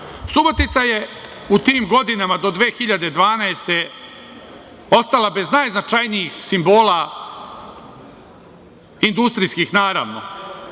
grad. Subotica je u tim godinama do 2012. godine, ostala bez najznačajnijih simbola, industrijskih naravno.